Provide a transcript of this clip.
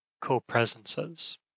co-presences